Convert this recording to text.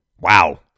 Wow